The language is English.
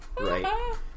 Right